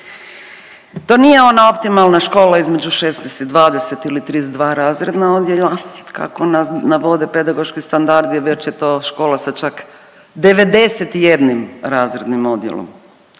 To nije ona optimalna škola između 16 i 20 ili 32 razredna odjela, kako navode pedagoški standardi, već je to škola sa čak 91 razrednim odjelom.